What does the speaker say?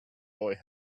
boy